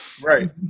Right